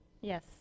yes